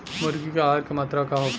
मुर्गी के आहार के मात्रा का होखे?